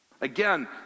Again